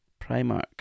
Primark